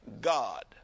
God